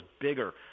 bigger